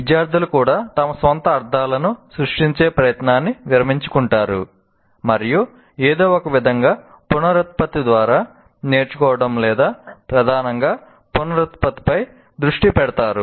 విద్యార్థులు కూడా తమ సొంత అర్ధాలను సృష్టించే ప్రయత్నాన్ని విరమించుకుంటారు మరియు ఏదో ఒకవిధంగా పునరుత్పత్తి ద్వారా నేర్చుకోవడం లేదా ప్రధానంగా పునరుత్పత్తిపై దృష్టి పెడతారు